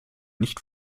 nicht